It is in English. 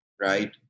right